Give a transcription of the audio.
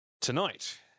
Tonight